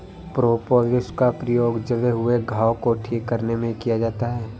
propolis का प्रयोग जले हुए घाव को ठीक करने में किया जाता है